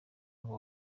ngo